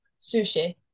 Sushi